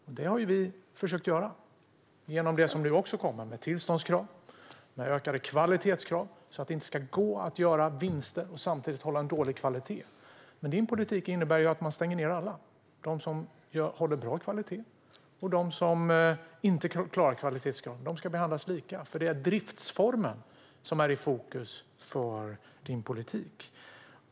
Men det har vi försökt göra genom det som du också kommer med: tillståndskrav och ökade kvalitetskrav. Det ska inte gå att göra vinster och samtidigt ha dålig kvalitet. Men din politik innebär att man stänger ned alla. De som håller bra kvalitet och de som inte klarar kvalitetskraven ska behandlas lika. Det är nämligen driftsformen som är i fokus för din politik.